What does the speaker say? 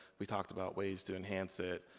we talked about ways to enhance it,